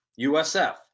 USF